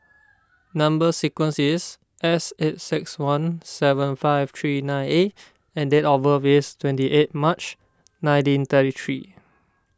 Number Sequence is S eight six one seven five three nine A and date of birth is twenty eight March nineteen thirty three